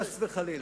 חס וחלילה.